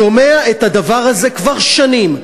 שומע את הדבר הזה כבר שנים.